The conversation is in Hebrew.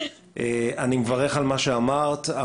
אני מברך על מה שאמרת.